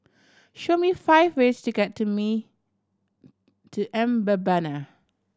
show me five ways to get to me to Mbabana